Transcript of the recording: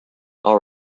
all